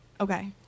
Okay